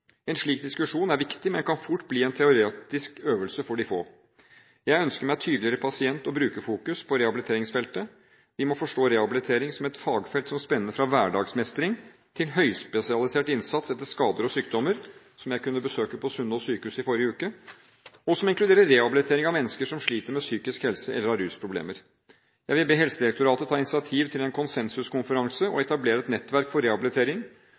En slik diskusjon er viktig, men kan fort bli en teoretisk øvelse for de få. Jeg ønsker meg tydeligere pasient- og brukerfokus på rehabiliteringsfeltet. Vi må forstå rehabilitering som et fagfelt som spenner fra hverdagsmestring til høyspesialisert innsats etter skader og sykdommer – som jeg kunne se på Sunnaas sykehus i forrige uke – og som inkluderer rehabilitering av mennesker som sliter med psykisk helse eller har rusproblemer. Jeg vil be Helsedirektoratet ta initiativ til en konsensuskonferanse og etablere et nettverk for rehabilitering,